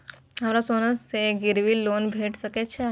हमरो सोना से गिरबी लोन भेट सके छे?